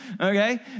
okay